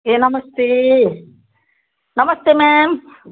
ए नमस्ते नमस्ते म्याम